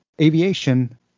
aviation